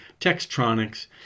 textronics